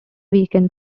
weekend